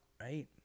right